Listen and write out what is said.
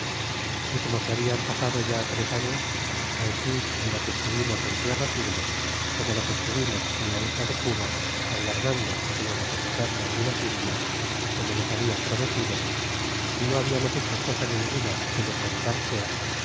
y como se habian pasado ya tres artes ansi en lo que estuvimos en tierra firme como lo que estuvimos en la isla de cuba aguardando á que nos depositase algunos indios como nos habia prometido y no hablamos hecho cm ninguna que de contar sea